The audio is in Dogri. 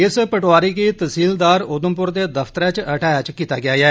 इस पटवारी गी तहसीलदार उधमपुर दे दफ्तरै च अटैच कीता गेया ऐ